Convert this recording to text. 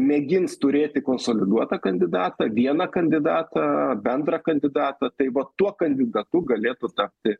mėgins turėti konsoliduotą kandidatą vieną kandidatą bendrą kandidatą taip vat tuo kandidatu galėtų tapti